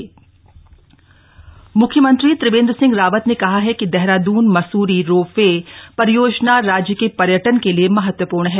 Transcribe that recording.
Mussoorie ropeway म्ख्यमंत्री त्रिवेन्द्र सिंह रावत ने कहा है कि देहरादून मसूरी रोप वे परियोजना राज्य के पर्यटन के लिए महत्वपूर्ण है